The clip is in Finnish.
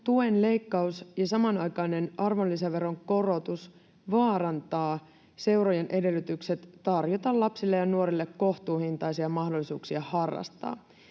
tuen leikkaus ja samanaikainen arvonlisäveron korotus vaarantavat seurojen edellytykset tarjota lapsille ja nuorille kohtuuhintaisia mahdollisuuksia harrastaa.